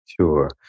Sure